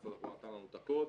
משרד התחבורה נתן לנו את הקוד.